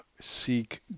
seek